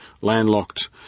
landlocked